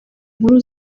nkuru